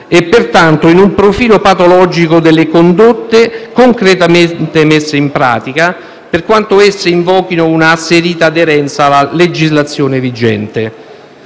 e, pertanto, in un profilo patologico delle condotte concretamente messe in pratica, per quanto esse invochino un'asserita aderenza alla legislazione vigente.